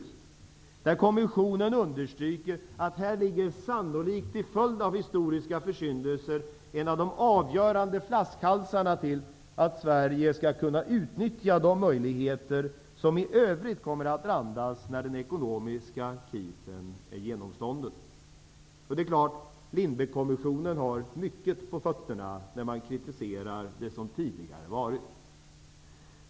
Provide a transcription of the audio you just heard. Kommissionen understryker, att här ligger, sannolikt till följd av histioriska försyndelser, en av de avgörande flaskhalsarna som till att Sverige skall kunna utnyttja de möjligheter som i övrigt kommer att randas när den ekonomiska krisen är genomstånden. Lindbeckkommisionen har mycket på fötterna när den kritiserar det som tidigare varit.